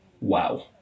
Wow